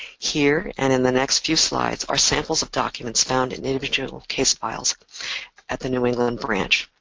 here and in the next few slides are samples of documents found in individual case files at the new england branch.